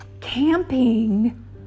Camping